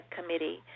Committee